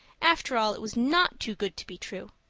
after all, it was not too good to be true.